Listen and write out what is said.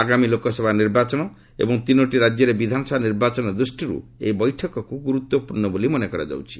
ଆଗାମୀ ଲୋକସଭା ନିର୍ବାଚନ ଏବଂ ତିନୋଟି ରାକ୍ୟରେ ବିଧାନସଭା ନିର୍ବାଚନ ଦୃଷ୍ଟିରୁ ଏହି ବୈଠକକୁ ଗୁରୁତ୍ୱପୂର୍ଣ୍ଣ ବୋଲି ମନେକରାଯାଉଛି